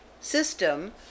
system